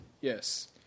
Yes